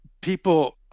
people